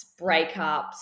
breakups